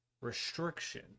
restriction